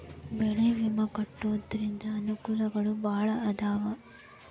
ಬೆಳೆ ವಿಮಾ ಕಟ್ಟ್ಕೊಂತಿದ್ರ ಅನಕೂಲಗಳು ಬಾಳ ಅದಾವ